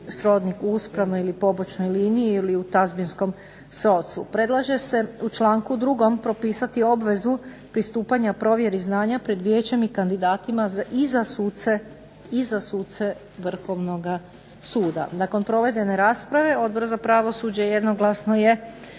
srodnik u uspravnoj ili pobočnoj liniji ili u tazbinskom .../Govornik se ne razumije. Predlaže se u članku 2. propisati obvezu pristupanja provjeri znanja pred vijećem i kandidatima i za suce vrhovnoga suda. Nakon provedene rasprave Odbor za pravosuđe jednoglasno je